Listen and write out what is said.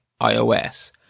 iOS